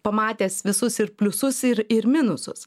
pamatęs visus ir pliusus ir ir minusus